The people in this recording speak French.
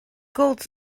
côtes